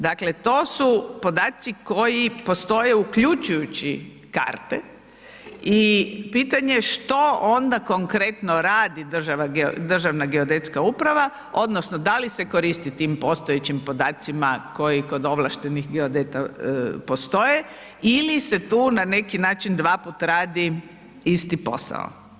Dakle, to su podaci koje postoje uključujući karte, i pitanje je što onda konkretno radi Državna geodetska uprava, odnosno da li se koristi tim postojećim podacima koji kod ovlaštenih geodeta postoje ili se tu na neki način dvaput radi isti posao.